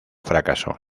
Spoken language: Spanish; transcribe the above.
fracasó